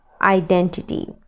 identity